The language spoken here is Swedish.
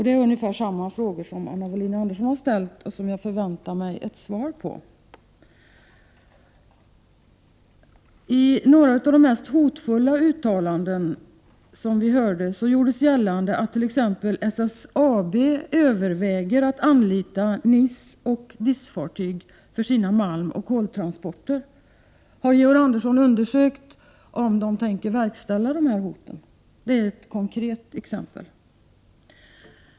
Det är ungefär samma fråga som Anna Wohlin-Andersson ställde och som jag förväntar mig ett svar på. I några av de mest hotfulla uttalandena gjordes gällande att t.ex. SSAB överväger att anlita NIS och DIS-fartyg för sina malmoch koltransporter. Har Georg Andersson undersökt om SSAB tänker verkställa detta hot? Detta är ett konkret exempel.